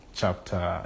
chapter